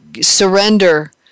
surrender